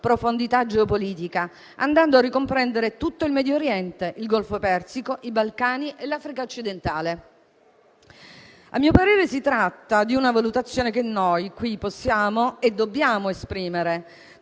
profondità geopolitica, andando a ricomprendere tutto il Medio Oriente, il Golfo Persico, i Balcani e l'Africa occidentale. A mio parere, si tratta di una valutazione che qui possiamo e dobbiamo esprimere,